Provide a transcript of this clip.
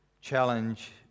challenge